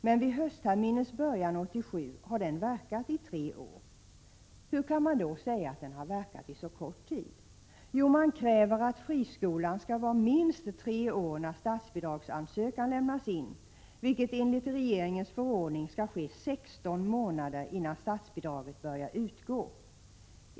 Men vid höstterminens början 1987 har skolan verkat i tre år. Hur kan man då säga att den har verkat i så kort tid? Jo, man kräver att friskolan skall vara minst tre år när statsbidragsansökan lämnas in, vilket enligt regeringens förordning skall ske 16 månader innan statsbidraget börjar utgå.